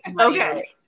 Okay